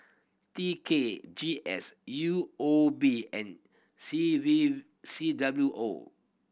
T K G S U O B and C V C W O